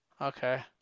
Okay